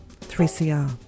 3CR